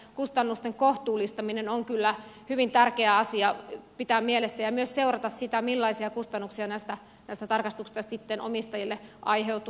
kustannusten kohtuullistaminen on kyllä hyvin tärkeä asia pitää mielessä ja on myös seurattava sitä millaisia kustannuksia näistä tarkastuksista sitten omistajille aiheutuu